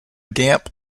damp